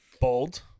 Bold